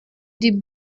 die